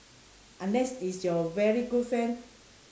unless is your very good friend